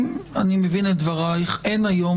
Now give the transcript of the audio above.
אם אני מבין את דברייך, אין היום